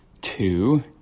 two